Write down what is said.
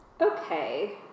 Okay